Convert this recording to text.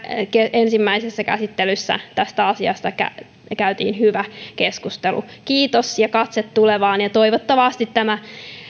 ensimmäisessä käsittelyssä tästä asiasta käytiin hyvä keskustelu kiitos ja katse tulevaan ja toivottavasti tämä